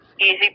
easy